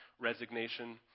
resignation